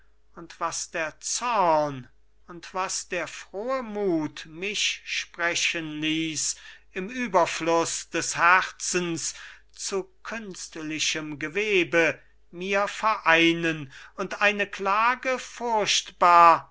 und was der zorn und was der frohe mut mich sprechen ließ im überfluß des herzens zu künstlichem gewebe mir vereinen und eine klage